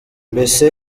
mbese